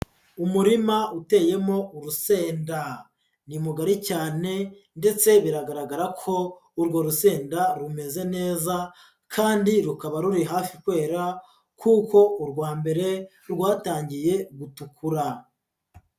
Umurima uteyemo urusenda, ni mugari cyane ndetse biragaragara ko urwo rusenda rumeze neza kandi rukaba ruri hafi kwera kuko urwa mbere rwatangiye gutukura.